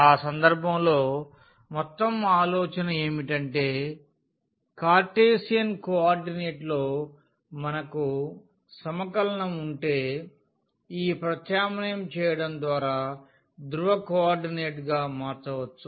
ఆ సందర్భంలో మొత్తం ఆలోచన ఏమిటంటే కార్టెసియన్ కోఆర్డినేట్లో మనకు సమకలనం ఉంటే ఈ ప్రతిక్షేపించడం ద్వారా ధ్రువ కోఆర్డినేట్గా మార్చవచ్చు